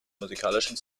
musikalischen